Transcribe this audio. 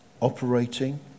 operating